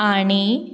आणी